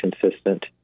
consistent